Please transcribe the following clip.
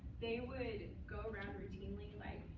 they would go around routinely, like,